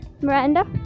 miranda